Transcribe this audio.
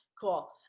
cool